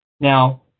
Now